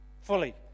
fully